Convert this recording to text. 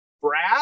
Brad